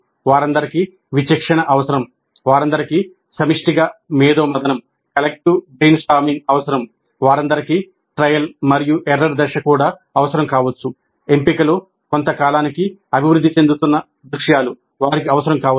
వారందరికీ విచక్షణ అవసరం వారందరికీ సమిష్టిగా మేధోమథనం అవసరం వారందరికీ ట్రయల్ మరియు ఎర్రర్ దశ కూడా అవసరం కావచ్చు ఎంపికలు కొంత కాలానికి అభివృద్ధి చెందుతున్న దృశ్యాలు వారికి అవసరం కావచ్చు